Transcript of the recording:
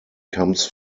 comes